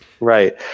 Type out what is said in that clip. Right